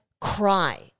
cry